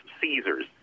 Caesars